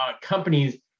companies